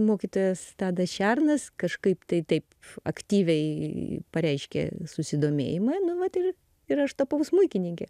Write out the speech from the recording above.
mokytojas tadas šernas kažkaip tai taip aktyviai pareiškė susidomėjimą nu vat ir ir aš tapau smuikininke